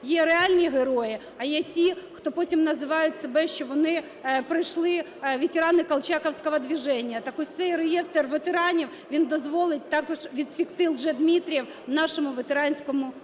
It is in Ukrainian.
є реальні герої, а є ті, хто потім називають себе, що вони пройшли… ветерани "колчаковского движения". Так ось цей реєстр ветеранів, він дозволить також відсікти "лжедмитриев" в нашому ветеранському русі.